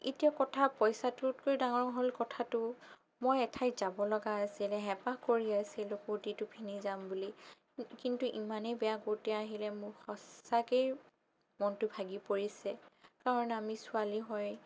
এতিয়া কথা পইচাটোতকৈও ডাঙৰ হ'ল কথাটো মই এঠাইত যাব লগা আছিলে হেঁপাহ কৰি আছিলোঁ কুৰ্তিটো পিন্ধি যাম বুলি কিন্তু ইমানেই বেয়া কুৰ্তি আহিলে মোৰ সঁচাকেই মনটো ভাগি পৰিছে কাৰণ আমি ছোৱালী হয়